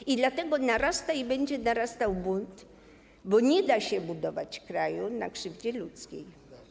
I dlatego narasta i będzie narastał bunt, bo nie da się budować kraju na krzywdzie ludzkiej.